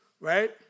Right